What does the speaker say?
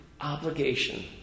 Obligation